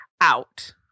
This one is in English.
out